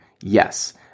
yes